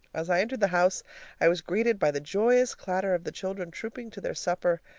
as i entered the house i was greeted by the joyous clatter of the children trooping to their supper.